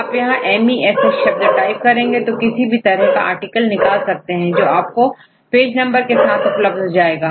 आप यहांMeSH शब्द टाइप कर किसी भी तरह का आर्टिकल निकाल सकते हैं जो आपको पेज नंबर के साथ उपलब्ध हो जाएगा